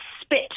spit